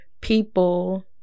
people